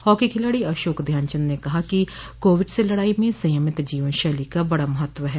hockey खिलाड़ी अशोक ध्यानचन्द्र ने कहा कि कोविड से लड़ाई में संयमित जीवन शैली का बड़ा महत्व है